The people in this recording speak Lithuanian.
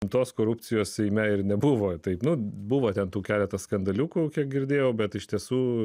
tos korupcijos seime ir nebuvo taip na buvote tų keletą skandaliukų kiek girdėjau bet iš tiesų